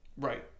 Right